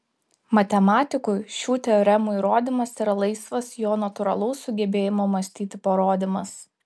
matematikui šių teoremų įrodymas yra laisvas jo natūralaus sugebėjimo mąstyti parodymas